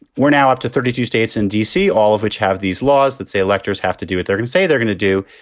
we're now up to thirty two states and d c, all of which have these laws that say electors have to do it. they can say they're going to do.